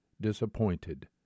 disappointed